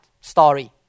story